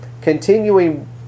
continuing